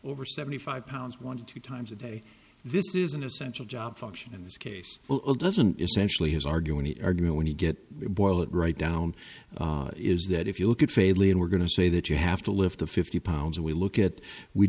over seventy five pounds one to two times a day this is an essential job function in this case doesn't essentially his arguing the argument when you get boil it right down is that if you look at phailin we're going to say that you have to lift the fifty pounds we look at we